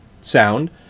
sound